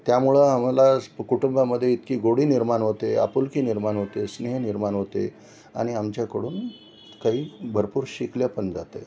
त्यामुळे आम्हाला स् कुटुंबामध्ये इतकी गोडी निर्माण होते आपुलकी निर्माण होते स्नेह निर्माण होते आणि आमच्याकडून काही भरपूर शिकल्या पण जाते